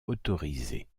autorisée